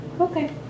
Okay